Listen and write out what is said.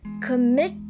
Commit